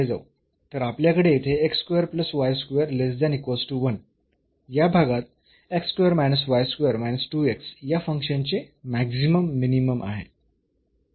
तर आपल्याकडे येथे या भागात या फंक्शनचे मॅक्सिमम मिनिमम आहे